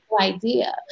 Idea